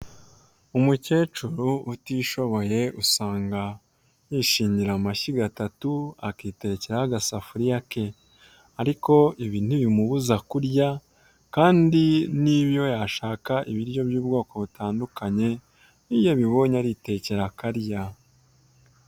Umukecuru utishiboye usanga yishingira amashyiga atatu akitekeraho agasafuriya ke, ariko ibi ntibimubuza kurya kandi n'iyo yashaka ibiryo by'ubwoko butandukanye, iyo abibonye aritekera akarya.